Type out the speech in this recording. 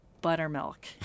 buttermilk